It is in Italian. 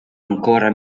ancora